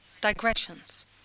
digressions